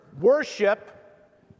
worship